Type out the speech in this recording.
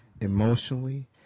emotionally